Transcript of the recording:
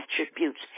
attributes